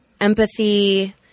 empathy